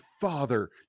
father